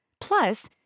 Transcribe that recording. Plus